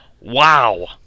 Wow